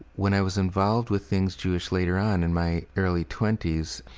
when i was involved with things jewish later on in my early twenty s,